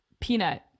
Peanut